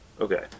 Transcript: Okay